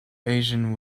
asian